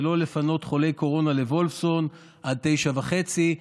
ולא לפנות חולי קורונה לוולפסון עד 21:30,